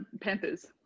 Panthers